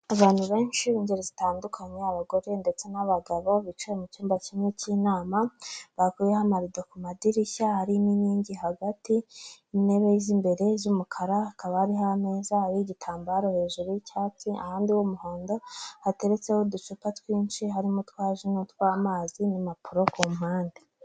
Abantu benshi b'ingeri zitandukanye abagore ndetse n'abagabo bicaye mu cyumba kimwe cy'inama, bakuyeho amarido ku madirishya hari n'inkingi hagati intebe z'imbere z'umukara, hakaba ariho ameza ariho igitambaro hejuru y'icyatsi. Ahandi h'umuhondo hateretseho uducupa twinshi harimo utwa ji nutw'amazi n'impapuro ku mpande.